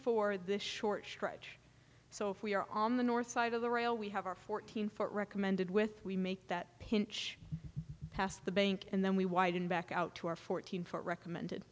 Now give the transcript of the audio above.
for this short stretch so if we are on the north side of the rail we have our fourteen foot recommended with we make that pinch pass the bank and then we widen back out to our fourteen foot recommended